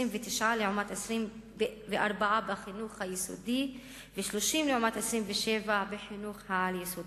29 לעומת 24 בחינוך היסודי ו-30 לעומת 27 בחינוך העל-יסודי,